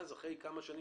אחרי כמה שנים,